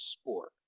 sport